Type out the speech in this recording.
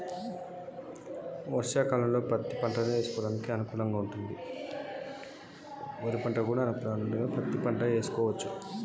వానాకాలం పత్తి పంట వేయవచ్చ లేక వరి పంట వేయాలా?